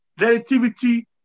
relativity